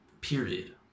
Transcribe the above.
Period